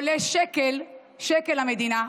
הוא לא עולה שקל, שקל, למדינה,